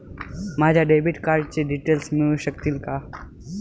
माझ्या डेबिट कार्डचे डिटेल्स मिळू शकतील का?